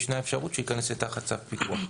ישנה אפשרות שהוא ייכנס תחת צו פיקוח.